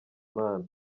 imana